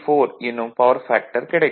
254 எனும் power factor கிடைக்கும்